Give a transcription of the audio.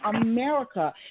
America